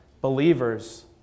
believers